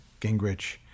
Gingrich